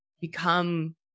become